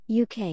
UK